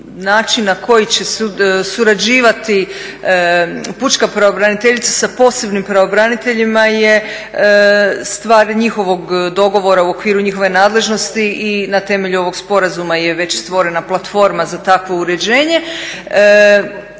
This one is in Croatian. način na koji će surađivati pučka pravobraniteljica sa posebnim pravobraniteljima je stvar njihovog dogovora u okviru njihove nadležnosti i na temelju ovog sporazuma je već stvorena platforma za takvo uređenje,